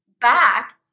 back